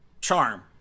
Charm